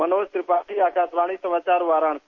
मनोज त्रिपाठी आकाशवाणी समाचार वाराणसी